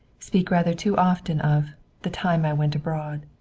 speak rather too often of the time i went abroad.